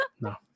No